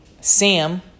Sam